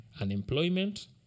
unemployment